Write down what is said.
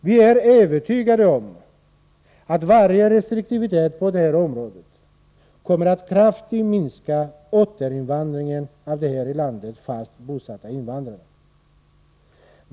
Vi är övertygade om att varje restriktivitet på det här området kommer att kraftigt minska återinvandringen av de här i landet fast bosatta invandrarna.